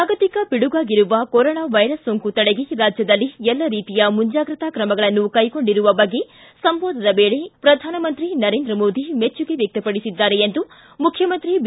ಜಾಗತಿಕ ಪಿಡುಗಾಗಿರುವ corona virus ಸೋಂಕು ತಡೆಗೆ ರಾಜ್ಯದಲ್ಲಿ ಎಲ್ಲ ರೀತಿಯ ಮುಂಜಾಗ್ರತಾ ಕ್ರಮಗಳನ್ನು ಕೈಗೊಂಡಿರುವ ಬಗ್ಗೆ ಸಂವಾದದ ವೇಳೆ ಪ್ರಧಾನಮಂತ್ರಿ ನರೇಂದ್ರ ಮೋದಿ ಮೆಚ್ಚುಗೆ ವ್ಯಕ್ತಪಡಿಸಿದ್ದಾರೆ ಎಂದು ಮುಖ್ಯಮಂತ್ರಿ ಬಿ